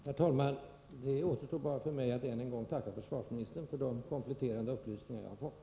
Herr talman! Det återstår bara för mig att än en gång tacka försvarsministern för de kompletterande upplysningar som jag har fått.